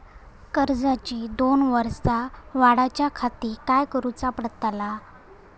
कर्जाची दोन वर्सा वाढवच्याखाती काय करुचा पडताला?